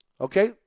okay